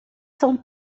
são